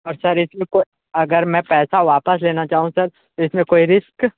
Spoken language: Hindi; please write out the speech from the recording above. अच्छा इसमें कोई अगर मैं पैसा वापस लेना चाहता हूँ सर तो इसमें कोई रिस्क